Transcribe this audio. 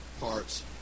parts